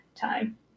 time